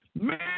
Man